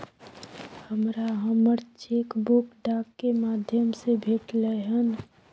हमरा हमर cheque book डाक के माध्यम से भेटलय हन